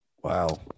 Wow